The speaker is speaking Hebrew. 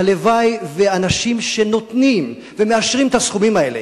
הלוואי שאנשים שנותנים ומאשרים את הסכומים האלה